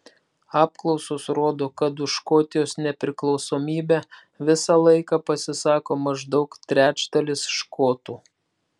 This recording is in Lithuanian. apklausos rodo kad už škotijos nepriklausomybę visą laiką pasisako maždaug trečdalis škotų